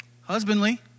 husbandly